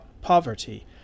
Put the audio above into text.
poverty